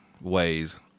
ways